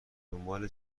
دنبال